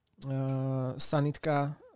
Sanitka